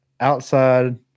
outside